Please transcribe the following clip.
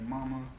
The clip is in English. Mama